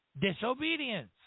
Disobedience